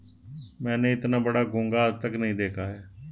मैंने इतना बड़ा घोंघा आज तक नही देखा है